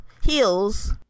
heels